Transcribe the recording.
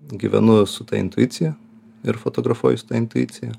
gyvenu su ta intuicija ir fotografuoju su ta intuicija